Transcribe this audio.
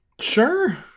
Sure